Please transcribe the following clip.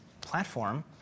platform